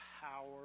power